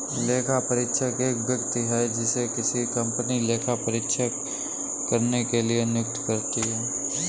लेखापरीक्षक एक व्यक्ति है जिसे किसी कंपनी लेखा परीक्षा करने के लिए नियुक्त करती है